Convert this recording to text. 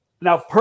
now